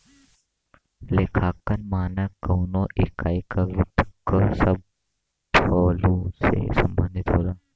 लेखांकन मानक कउनो इकाई क वित्त क सब पहलु से संबंधित होला